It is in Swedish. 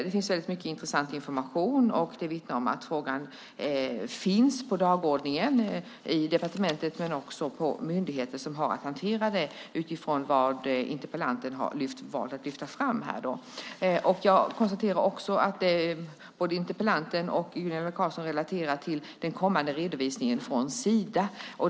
Det finns mycket intressant information i svaret, och det vittnar om att frågan finns på dagordningen i departementet men också i myndigheter som har att hantera detta utifrån vad interpellanten har valt att lyfta fram här. Jag konstaterar också att både interpellanten och Gunilla Carlsson relaterar till den kommande redovisningen från Sida.